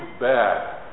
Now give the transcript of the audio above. bad